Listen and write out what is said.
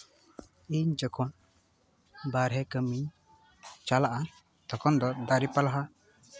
ᱤᱧ ᱡᱚᱠᱷᱚᱱ ᱵᱟᱦᱨᱮ ᱠᱟᱹᱢᱤ ᱪᱟᱞᱟᱜᱼᱟ ᱛᱚᱠᱷᱚᱱ ᱫᱚ ᱫᱟᱨᱮ ᱯᱟᱞᱦᱟ